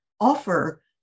offer